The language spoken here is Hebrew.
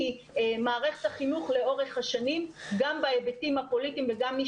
כי מערכת החינוך לאורך השנים גם בהיבטים הפוליטיים וגם מי